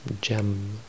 gem